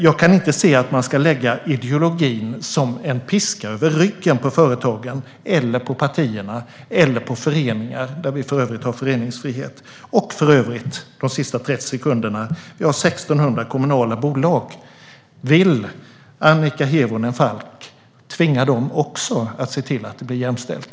Jag kan inte se att man ska lägga ideologin som en piska över ryggen på företag, partier eller föreningar - vi har ju föreningsfrihet. För övrigt har vi 1 600 kommunala bolag. Vill Annika Hirvonen Falk tvinga också dem att se till att det blir jämställt?